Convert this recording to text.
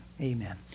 amen